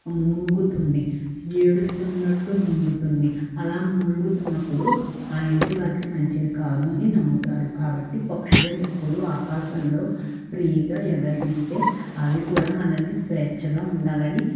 మూలుగుతుంది ఏడుస్తున్నట్టు మూలుగుతుంది అలా మూలుగుతున్నప్పుడు ఆ ఇంటి వారికి మంచిది కాదు అని నమ్ముతారు కాబట్టి పక్షులను ఎప్పుడూ ఆకాశంలో ఫ్రీగా ఎగరనిస్తే అవి కూడా మనల్ని స్వేచ్ఛగా ఉండాలని